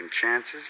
chances